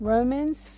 Romans